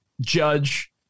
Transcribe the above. judge